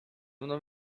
mną